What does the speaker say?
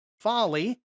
Folly